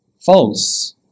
false